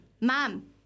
mom